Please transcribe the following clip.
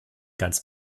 ganz